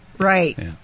Right